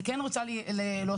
אני כן רוצה להוסיף